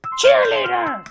cheerleader